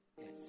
Yes